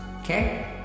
Okay